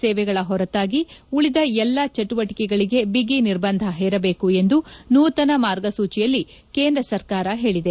ಸೇವೆಗಳ ಹೊರತಾಗಿ ಉಳಿದ ಎಲ್ಲ ಚಟುವಟಿಕೆಗಳಿಗೆ ಬಿಗಿ ನಿರ್ಬಂಧ ಹೇರಬೇಕು ಎಂದು ನೂತನ ಮಾರ್ಗಸೂಚಿಯಲ್ಲಿ ಕೇಂದ್ರ ಸರಕಾರ ಹೇಳಿದೆ